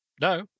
no